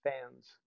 fans